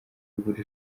imvura